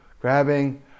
Grabbing